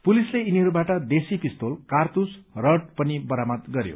पुलिसले यिनीहरूबाट देशी पिस्तोल कारतूस रड पनि बरामद गरयो